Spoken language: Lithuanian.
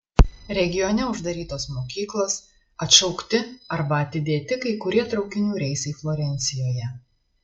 regione uždarytos mokyklos atšaukti arba atidėti kai kurie traukinių reisai florencijoje